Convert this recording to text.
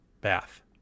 bath